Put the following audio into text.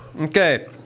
Okay